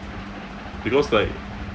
because like